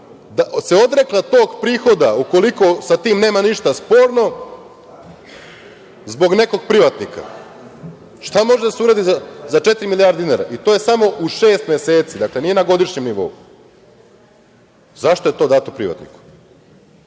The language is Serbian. se odrekla tog prihoda, ukoliko sa tim nema ništa sporno zbog nekog privatnika? Šta može da se uradi za četiri milijardi dinara, to je samo u šest meseci, dakle, nije na godišnjem nivou? Zašto je to dato privatniku